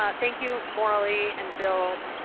ah thank you, morralee and bill,